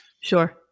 Sure